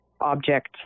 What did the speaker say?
object